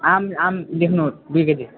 आम आम लेख्नुहोस् दुई केजी